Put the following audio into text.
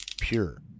Pure